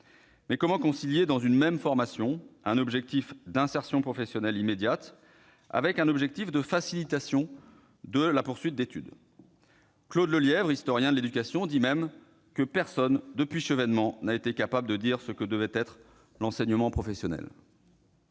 Mais comment concilier dans une même formation un objectif d'insertion professionnelle immédiate avec un objectif de facilitation de la poursuite d'études ? Claude Lelièvre, historien de l'éducation, reconnaît même que « personne, depuis Chevènement, n'a été capable de dire ce que devait être l'enseignement professionnel